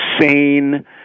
sane